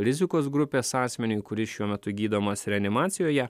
rizikos grupės asmeniui kuris šiuo metu gydomas reanimacijoje